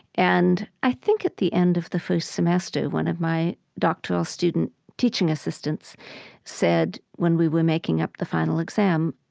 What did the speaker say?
and i think at the end of the first semester, one of my doctoral student teaching assistants said when we were making up the final exam,